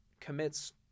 commits